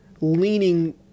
leaning